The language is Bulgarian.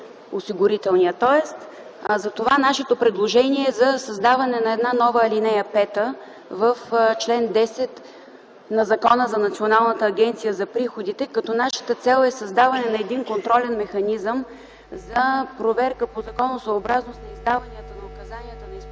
закон. Затова нашето предложение е за създаване на нова ал. 5 в чл. 10 на Закона за Националната агенция за приходите, като нашата цел е създаване на контролен механизъм за проверка по законосъобразност на издаването на указанията на изпълнителния